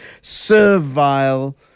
servile